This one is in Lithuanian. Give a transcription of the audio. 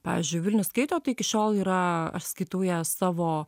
pavyzdžiui vilnius skaito tai iki šiol yra aš skaitau ją savo